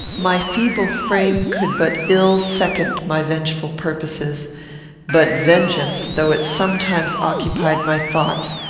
my feeble frame could but ill second my vengeful purposes but vengeance, though it sometimes occupied my thoughts,